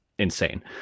insane